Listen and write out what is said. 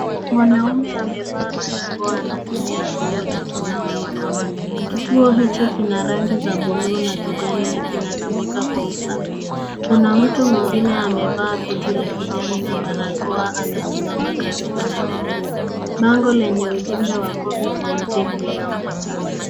Mwanamme amevaa barakoa anatumia kituo cha kunawa mikono, kituo hicho kina rangi za bluu na kijani na kinatumika kwa usafi. Kuna mtu mwingine amevaa koti la kijani na barakoa amesimama karibu na kituo. Bango lenye ujumbe wa Covid 19 linaonekana.